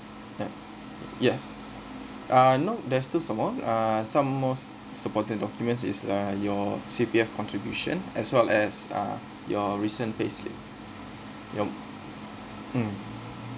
ya yes uh no there's still some more uh some most supporting documents is uh your C_P_F contribution as well as uh your recent payslip your mm